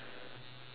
okay